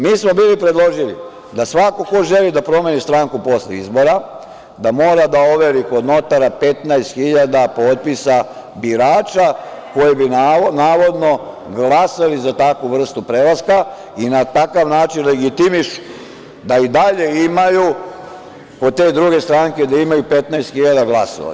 Mi smo predložili da svako ko želi da promeni stranku posle izbora, da mora da overi kod notara 15 hiljada potpisa birača, koji bi navodno glasali za takvu vrstu prelaska i na takav način legitimišu da i dalje imaju, kod te druge stranke, da imaju 15 hiljada glasova.